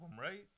right